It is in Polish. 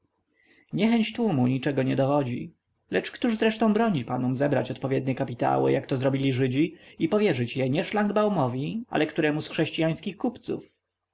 niechęć tłumu niczego nie dowodzi lecz któż zresztą broni panom zebrać odpowiednie kapitały jak to zrobili żydzi i powierzyć je nie szlangbaumowi ale któremu z chrześcijańskich kupców